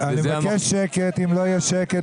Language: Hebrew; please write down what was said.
אני מבקש את ההתייחסות של משרד הביטחון.